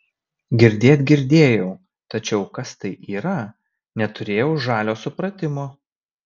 girdėt girdėjau tačiau kas tai yra neturėjau žalio supratimo